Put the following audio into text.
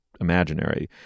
imaginary